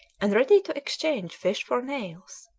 and ready to exchange fish for nails.